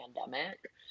pandemic